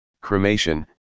cremation